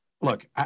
look